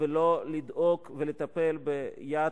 ולא לדאוג ולטפל ביד